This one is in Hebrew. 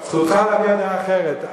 זכותך להביע דעה אחרת.